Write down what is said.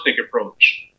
approach